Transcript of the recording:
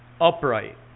upright